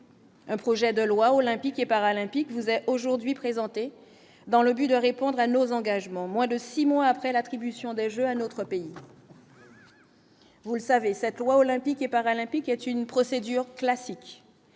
Un projet de loi olympique et paralympique vous est aujourd'hui présenté dans le but de répondre à nos engagements, moins de 6 mois après l'attribution des Jeux à notre pays. Vous savez, cette loi olympique et paralympique est une procédure classique,